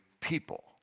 people